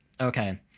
Okay